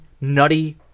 nutty